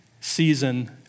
season